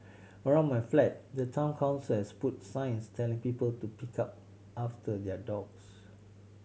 around my flat the Town Council has put signs telling people to pick up after their dogs